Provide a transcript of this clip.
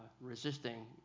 resisting